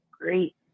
great